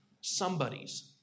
somebody's